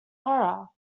horror